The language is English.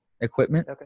equipment